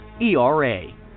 ERA